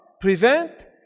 prevent